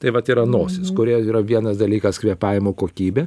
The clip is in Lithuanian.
tai vat yra nosis kuri yra vienas dalykas kvėpavimo kokybė